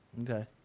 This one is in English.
Okay